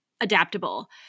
adaptable